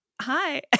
Hi